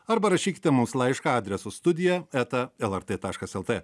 arba rašykite mums laišką adresu studija eta lrt taškas lt